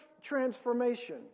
transformation